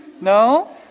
No